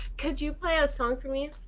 could you play a song for me?